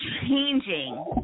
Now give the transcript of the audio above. changing